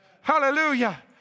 Hallelujah